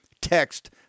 Text